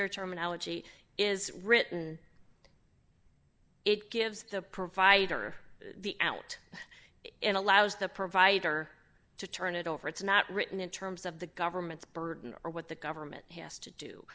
your terminology is written it gives the provider the out it allows the provider to turn it over it's not written in terms of the government's burden or what the government has to do